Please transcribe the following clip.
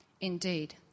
Indeed